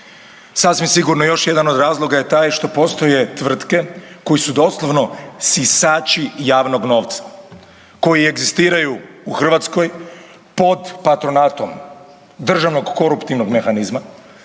Sasvim sigurno još jedan od razloga je taj što postoje tvrtke koje su doslovno sisači javnog novca, koje egzistiraju u Hrvatskoj pod patronatom državnog koruptivnog mehanizma